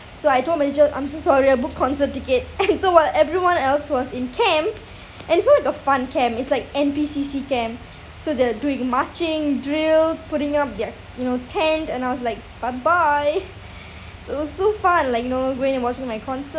so I told my teacher I'm so sorry I booked concert tickets so a while everyone else was in camp and it's not like a fun camp it's like N_P_C_C camp so they're doing marching drill putting up there you know tend and I was like bye bye so it was so fun like you know going and watching my conce~